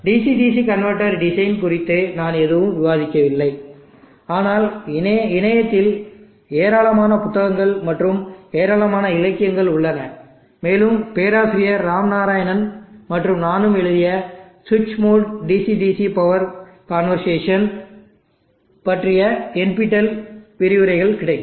DC DC converter designing குறித்து நான் எதுவும் விவாதிக்கவில்லை ஆனால் இணையத்தில் ஏராளமான புத்தகங்கள் மற்றும் ஏராளமான இலக்கியங்கள் உள்ளன மேலும்பேராசிரியர் ராம்நாராயணன் மற்றும் நானும் எழுதிய சுவிட்ச் mode DC DC power conversation பற்றிய NPTEL விரிவுரைகள் கிடைக்கும்